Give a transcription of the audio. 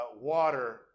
water